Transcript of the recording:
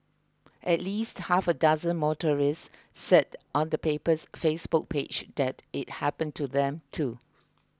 at least half a dozen motorists said on the paper's Facebook page that it happened to them too